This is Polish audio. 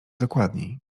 dokładniej